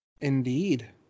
Indeed